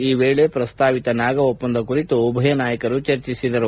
ಈ ವೇಳೆ ಪ್ರಸ್ತಾವಿತ ನಾಗಾ ಒಪ್ಪಂದ ಕುರಿತು ಉಭಯ ನಾಯಕರು ಚರ್ಚಿಸಿದರು